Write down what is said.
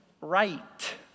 right